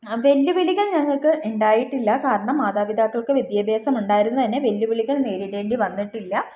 വെല്ലുവിളികൾ ഞങ്ങൾക്ക് ഉണ്ടായിട്ടില്ല കാരണം മാതാപിതാക്കൾക്ക് വിദ്യാഭ്യാസം ഉണ്ടായിരുന്നതുതന്നെ വെല്ലുവിളികൾ നേരിടേണ്ടി വന്നിട്ടില്ല